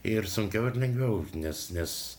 ir sunkiau ar lengviau nes nes